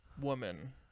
woman